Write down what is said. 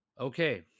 Okay